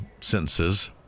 sentences